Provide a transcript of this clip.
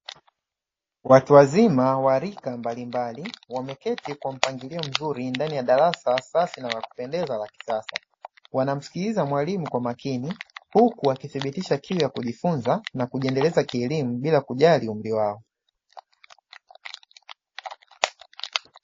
Watu wazima wa rika mbalimbali, wameketi kwa mpangilio mzuri ndani ya darasa safi na lakupendeza la kisasa, wanamsikiliza mwalimu kwa makini, huku wakidhibitisha kiu ya kujifunza na kujiendeleza kielimu bila kujali umri wao .